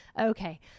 Okay